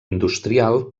industrial